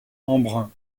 embrun